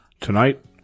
Tonight